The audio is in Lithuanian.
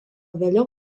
vėliau